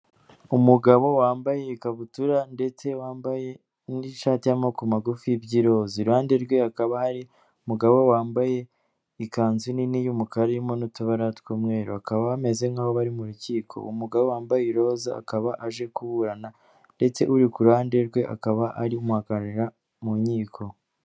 Umugabo wambaye ikabutura ndetse wambaye n'ishati y'amaboko magufi by'iroza. Uruhande rwe akaba hari umugabo wambaye ikanzu nini y'umukararimo n'utubara tw'umweru bakaba bameze nkaho bari mu rukiko. Umugabo wambaye iroza akaba aje kuburana ndetse uri kuruhande rwe akaba ari umuhagararira mu nkiko.